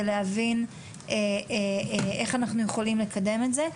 להבין איך אנחנו יכולים לקדם את זה,